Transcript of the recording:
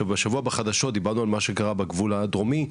בשבוע שעבר בחדשות דיברנו על מה שקרה בגבול הדרומי,